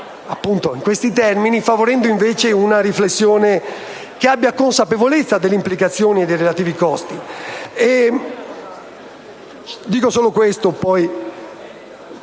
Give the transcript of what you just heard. in questi termini, favorendo invece una riflessione che abbia consapevolezza delle implicazioni e dei relativi costi.